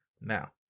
now